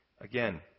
Again